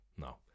no